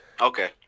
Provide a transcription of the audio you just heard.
Okay